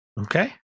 Okay